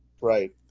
right